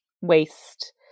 waste